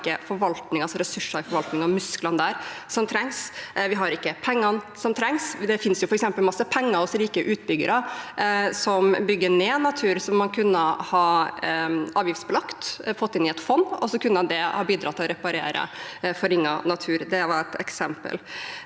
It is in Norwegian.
vi har ikke ressursene og musklene som trengs i forvaltningen, og vi har ikke pengene som trengs. Det finnes f.eks. masse penger hos rike utbyggere som bygger ned natur, noe man kunne ha avgiftsbelagt og fått inn i et fond, og så kunne det ha bidratt til å reparere forringet natur. Det er ett eksempel.